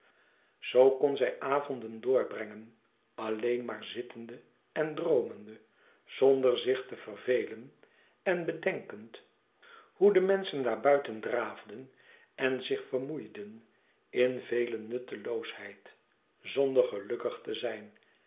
zoo kon zij avonden doorbrengen alleen maar zittende en droomende zonder zich te vervelen en bedenkend hoe de menschen daarbuiten draafden en zich vermoeiden in vele nutteloosheid zonder gelukkig te zijn